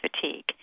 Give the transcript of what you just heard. fatigue